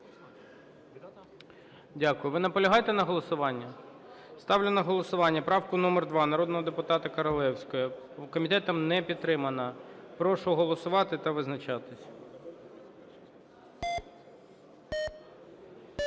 Дякую. Ви наполягаєте на голосуванні? Ставлю на голосування правку номер 2 народного депутата Королевської. Комітетом не підтримана. Прошу голосувати та визначатися.